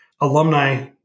alumni